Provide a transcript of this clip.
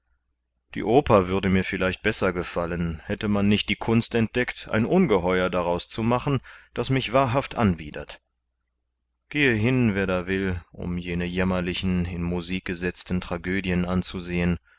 die oper würde mir vielleicht besser gefallen hätte man nicht die kunst entdeckt ein ungeheuer daraus zu machen das mich wahrhaft anwidert gehe hin wer da will um jene jämmerlichen in musik gesetzten tragödien anzusehen